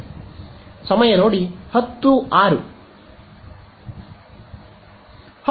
ವಿದ್ಯಾರ್ಥಿ ಸಮಯ ನೋಡಿ 1006